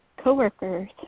coworkers